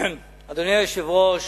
אדוני היושב-ראש,